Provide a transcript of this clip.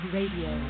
Radio